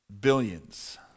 billions